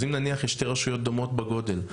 אז אם נניח יש שתי רשויות דומות בגודל,